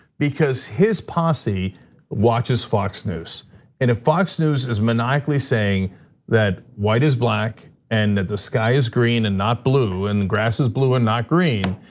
because his posse watches fox news and if fox news is maniacally saying that white is black and the sky is green and not blue and the grass is blue and not green,